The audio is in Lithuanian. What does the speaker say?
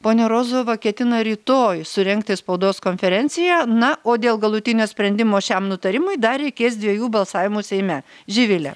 ponia rozova ketina rytoj surengti spaudos konferenciją na o dėl galutinio sprendimo šiam nutarimui dar reikės dviejų balsavimų seime živilė